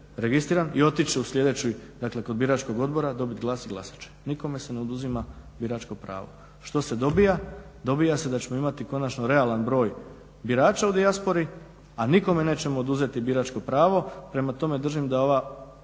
i otići će u sljedeći, dakle kod biračkog odbora, dobit listić i glasat će. Nikome se ne oduzima biračko pravo. Što se dobija, dobija se da ćemo imati konačno realan broj birača u dijaspori, a nikome nećemo oduzeti biračko pravo. Prema tome, držim da ova